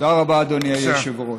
תודה רבה, אדוני היושב-ראש.